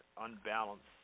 unbalanced